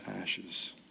ashes